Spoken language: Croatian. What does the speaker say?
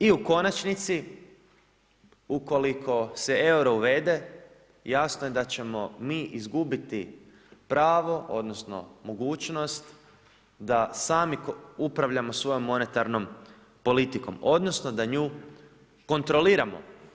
I u konačnici ukoliko se EURO uvede jasno je da ćemo mi izgubiti pravo odnosno mogućnost da sami upravljamo svojom monetarnom politikom odnosno da nju kontroliramo.